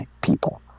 people